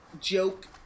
joke